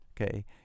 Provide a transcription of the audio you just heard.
okay